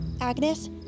Agnes